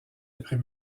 après